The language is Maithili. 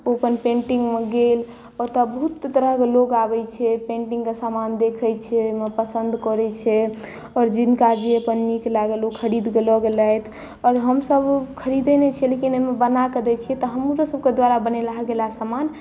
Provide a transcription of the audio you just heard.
ओ अपन पेंटिंगम गेल ओतऽ बहुत तरहक लोग आबै छै पेंटिंग के सामान देखै छै ओहिमे पसन्द करै छै आओर जिनका जे अपन नीक लागल ओ ख़रीद कऽ लऽ गेलैथ आओर हमसभ ओ खरीदै नहि छीयै लेकिन ओहिमे बनाकऽ दै छियै तऽ हमरहूँ सभके द्वारा बनेलाह गेला सामान